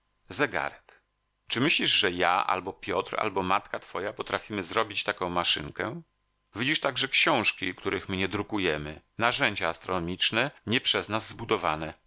zegarek czy myślisz że ja albo piotr albo matka twoja potrafimy zrobić taką maszynkę widzisz także książki których my nie drukujemy narzędzia astronomiczne nie przez nas zbudowane